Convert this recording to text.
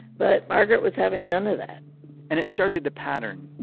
but margaret was having none of that and it started a pattern.